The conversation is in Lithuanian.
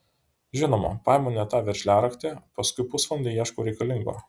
žinoma paimu ne tą veržliaraktį paskui pusvalandį ieškau reikalingo